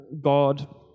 God